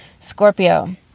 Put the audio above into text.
Scorpio